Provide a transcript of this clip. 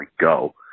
go